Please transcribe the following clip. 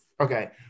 Okay